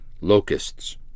Locusts